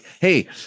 Hey